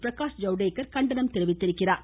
பிரகாஷ் ஜவ்டேகர் கண்டனம் தெரிவித்திருக்கிறார்